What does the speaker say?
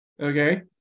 Okay